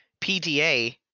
PDA